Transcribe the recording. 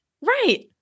Right